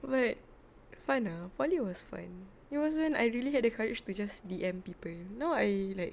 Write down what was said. but fun ah poly was fun it was when I really had the courage to just D_M people now I like